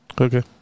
Okay